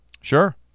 sure